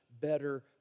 better